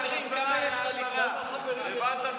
כמה חברים יש לליכוד בוועדה הזאת?